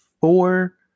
four